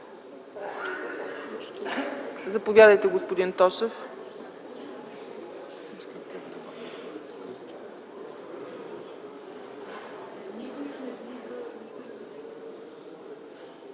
Заповядайте, господин Тошев.